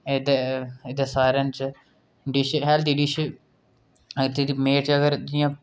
एह्दे एह्दे सारें च डिश हैल्दी डिश आखेआ इत च मेन चीज अगर जि'यां